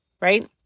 right